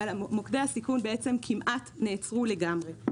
אבל מוקדי הסיכון כמעט נעצרו לגמרי.